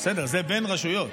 זה בין רשויות,